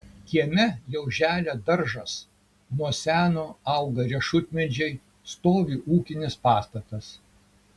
kieme jau želia daržas nuo seno auga riešutmedžiai stovi ūkinis pastatas